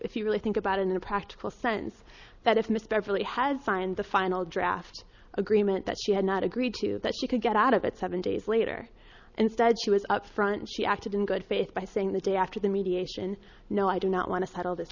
if you really think about in the practical sense that if mr foley had signed the final draft agreement that she had not agreed to that she could get out of it seven days later and said she was up front she acted in good faith by saying the day after the mediation no i do not want to settle this